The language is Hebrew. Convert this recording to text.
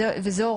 אבל משרד הבריאות,